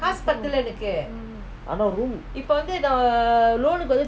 ஆனாரூம்:aanaa room